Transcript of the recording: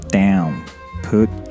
down”，“put